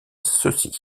ceci